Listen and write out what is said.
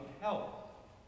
help